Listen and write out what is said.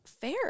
fair